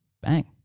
bang